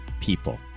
people